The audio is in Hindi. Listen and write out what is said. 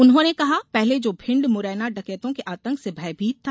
उन्होंने कहा पहले जो भिण्ड मुरैना डकैतों के आतंक से भयभीत था